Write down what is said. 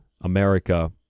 America